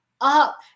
up